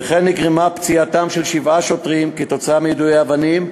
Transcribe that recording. וכן נגרמה פציעתם של שבעה שוטרים כתוצאה מיידוי האבנים,